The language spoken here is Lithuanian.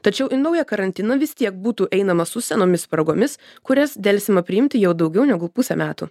tačiau į naują karantiną vis tiek būtų einama su senomis spragomis kurias delsiama priimti jau daugiau negu pusę metų